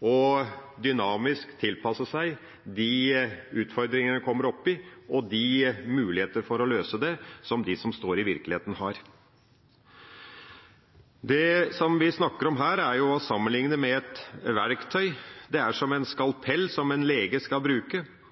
og en skal dynamisk tilpasse seg utfordringene en kommer opp i, og mulighetene for å løse det som de som står i virkeligheten, opplever. Det vi snakker om her, er å sammenligne med et verktøy. Det er som en skalpell som en lege skal